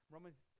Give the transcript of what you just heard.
Romans